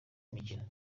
imikino